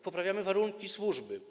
Poprawiamy też warunki służby.